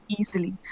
easily